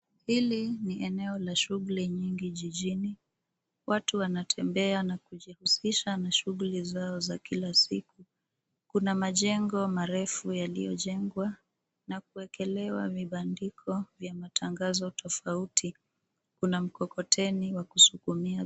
Hili ni eneo la shuguli nyingi jijini. Watu wanatembea na kujihusisha na shuguli zao za kila siku. kuna majengo marefu yaliyojengwa na kuwekelewa vibandiko vya matangazo tofauti. Kuna mkokoteni wa kusukumia.